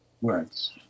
words